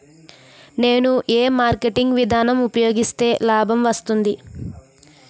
నేను ఏ మార్కెటింగ్ విధానం ఉపయోగిస్తే లాభం వస్తుంది?